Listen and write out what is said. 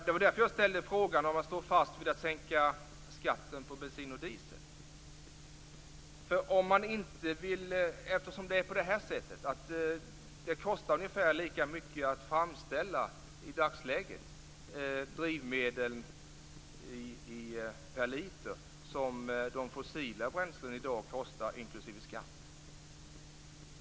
Det var därför jag ställde frågan om man står fast vid att sänka skatten på bensin och diesel. Det kostar ungefär lika mycket i dagsläget att framställa drivmedel per liter som de fossila bränslen kostar inklusive skatt.